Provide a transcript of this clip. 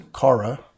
Kara